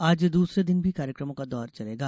आज दूसरे दिन भी कार्यकमों का दौर चलेगा